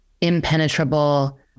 impenetrable